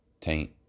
taint